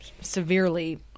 severely